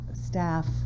staff